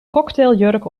cocktailjurk